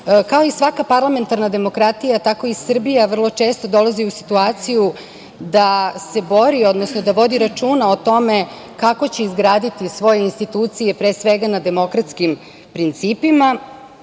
i svaka parlamentarna demokratija tako i Srbija vrlo često dolazi u situaciju da se bori, odnosno da vodi računa o tome kako će izgraditi svoje institucije, pre svega na demokratskim principima,